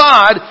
God